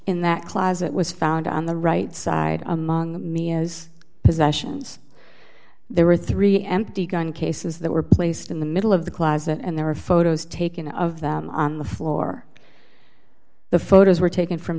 in that closet was found on the right side among me as possessions there were three empty gun cases that were placed in the middle of the closet and there were photos taken of them on the floor the photos were taken from